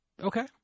Okay